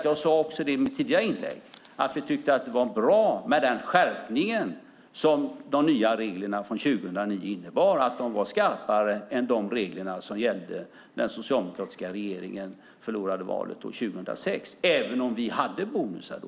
Som jag sade i mitt tidigare inlägg har vi pekat på att vi tyckte att det var bra med den skärpning som de nya reglerna från 2009 innebar. De var skarpare än de regler som gällde när den socialdemokratiska regeringen förlorade valet år 2006, även om vi hade bonusar då.